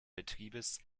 betriebes